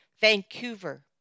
Vancouver